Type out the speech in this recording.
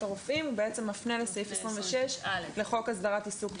הרופאים מפנה לסעיף 26 לחוק הסדרת עיסוק,